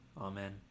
Amen